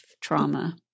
trauma